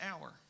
hour